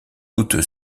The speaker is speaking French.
doute